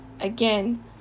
again